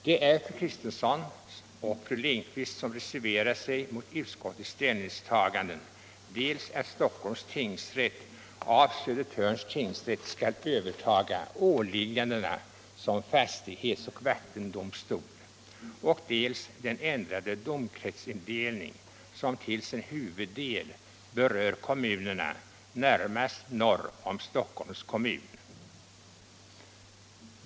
Det är fru Kristensson och fru Lindquist som reserverat sig mot utskottets ställningstaganden beträffande förslagen dels att Stockholms tingsrätt av Södertörns tingsrätt skall överta åliggandena som fastighetsoch vattendomstol, dels att den domkretsindelning som till sin huvuddel berör kommunerna närmast norr om Stockholms kommun skall ändras.